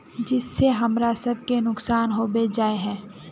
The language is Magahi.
जिस से हमरा सब के नुकसान होबे जाय है?